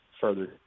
further